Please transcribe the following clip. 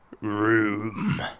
Room